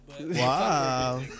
Wow